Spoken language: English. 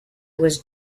was